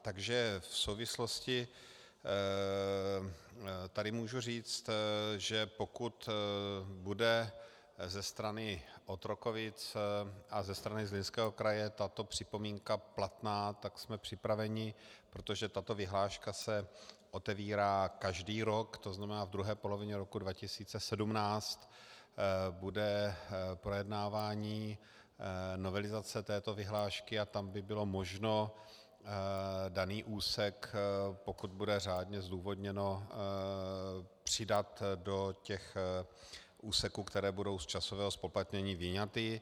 Takže v souvislosti tady můžu říct, že pokud bude ze strany Otrokovic a ze strany Zlínského kraje tato připomínka platná, tak jsme připraveni, protože tato vyhláška se otevírá každý rok, to znamená, v druhé polovině roku 2017 bude projednávání novelizace této vyhlášky a tam by bylo možno daný úsek, pokud bude řádně zdůvodněno, přidat do těch úseků, které budou z časového zpoplatnění vyňaty.